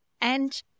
And-